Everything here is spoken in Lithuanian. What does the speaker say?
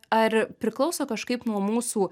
ar priklauso kažkaip nuo mūsų